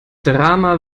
drama